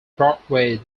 broadway